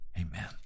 Amen